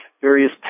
various